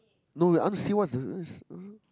no wait I want to see what's the uh